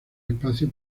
espacio